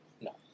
No